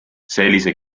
sellise